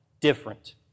different